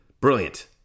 brilliant